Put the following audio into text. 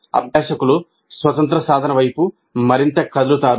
అభ్యాసకులు స్వతంత్ర సాధన వైపు మరింత కదులుతారు